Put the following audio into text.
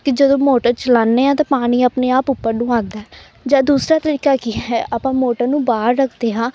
ਅਤੇ ਜਦੋਂ ਮੋਟਰ ਚਲਾਉਂਦੇ ਹਾਂ ਤਾਂ ਪਾਣੀ ਆਪਣੇ ਆਪ ਉੱਪਰ ਨੂੰ ਆਉਂਦਾ ਹੈ ਜਾਂ ਦੂਸਰਾ ਤਰੀਕਾ ਕੀ ਹੈ ਆਪਾਂ ਮੋਟਰ ਨੂੰ ਬਾਹਰ ਰੱਖਦੇ ਹਾਂ